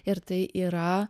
ir tai yra